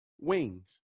wings